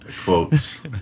quotes